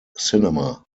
cinema